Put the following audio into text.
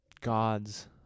God's